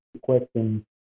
question